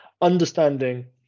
understanding